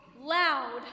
loud